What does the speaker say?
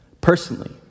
personally